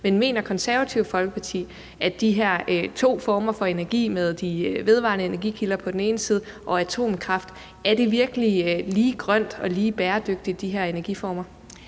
Men mener Det Konservative Folkeparti, at de her to former for energi – altså de vedvarende energikilder på den ene side og atomkraft på den anden side – virkelig er lige grønne og lige bæredygtige? Kl. 11:29 Den fg. formand